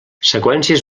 seqüències